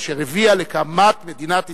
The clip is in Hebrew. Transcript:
אשר הביאה להקמת מדינת ישראל,